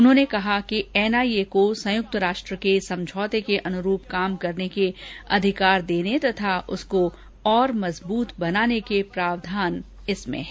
उन्होंने कहा कि एनआईए को संयुक्त राष्ट्र के समझौते के अनुरूप काम करने के अधिकार देने तथा उसको और मजबूत बनाने के इसमें प्रावधान है